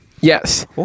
Yes